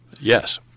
yes